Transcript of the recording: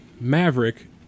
Maverick